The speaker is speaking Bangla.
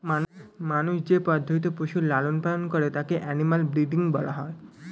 মানুষ যে পদ্ধতিতে পশুর লালন পালন করে তাকে অ্যানিমাল ব্রীডিং বলা হয়